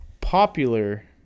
popular